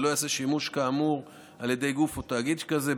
לא ייעשה שימוש כאמור על ידי גוף או תאגיד כזה.